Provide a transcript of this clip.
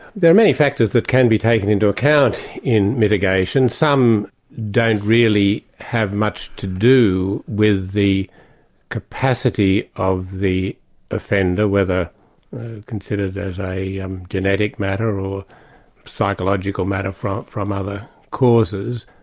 there are many factors that can be taken into account in mitigation. some don't really have much to do with the capacity of the offender, whether considered as a um genetic matter or psychological matter from from other causes.